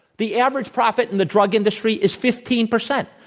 the average profit in the drug industry is fifteen percent,